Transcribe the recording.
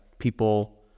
people